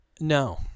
no